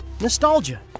Nostalgia